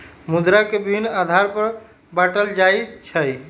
मुद्रा के विभिन्न आधार पर बाटल जाइ छइ